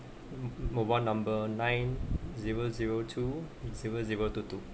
mobile number nine zero zero two zero zero two two